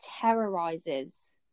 terrorizes